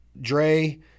Dre